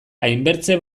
hainbertze